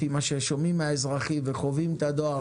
לפי מה ששומעים מהאזרחים וחווים את הדואר,